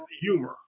humor